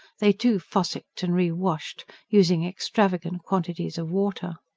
they, too, fossicked and re-washed, using extravagant quantities of water.